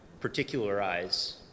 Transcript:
particularize